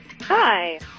Hi